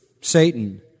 Satan